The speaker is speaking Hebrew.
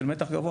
של מתח גבוה,